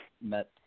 met